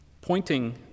pointing